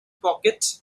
pocket